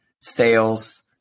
sales